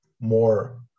more